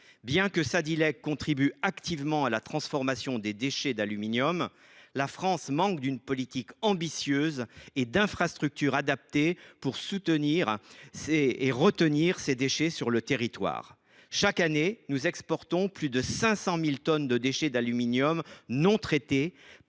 Bien que Sadillek contribue activement à la transformation des déchets d’aluminium, la France manque d’une politique ambitieuse avec des infrastructures adaptées pour soutenir et retenir ces déchets sur le territoire. Chaque année, nous exportons plus de 500 000 tonnes de déchets d’aluminium non traités,